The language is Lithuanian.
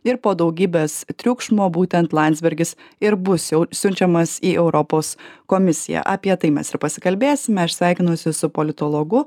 ir po daugybės triukšmo būtent landsbergis ir bus jau siunčiamas į europos komisiją apie tai mes ir pasikalbėsime aš sveikinuosi su politologu